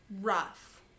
rough